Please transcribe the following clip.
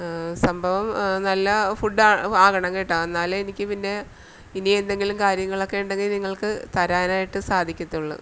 സംഭവം നല്ല ഫുഡ്ഡാ ആകണം കേട്ടോ എന്നാലെ എനിക്കു പിന്നെ ഇനി എന്തെങ്കിലും കാര്യങ്ങളൊക്കെ ഉണ്ടെങ്കില് നിങ്ങൾക്ക് തരാനായിട്ട് സാധിക്കത്തുള്ളു